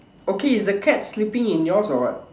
okay is the cat sleeping in yours or what